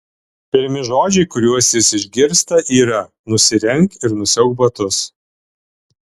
pirmi žodžiai kuriuos jis išgirsta yra nusirenk ir nusiauk batus